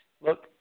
look